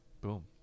Boom